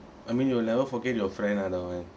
I mean you will never forget your friend ah that one